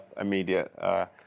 immediate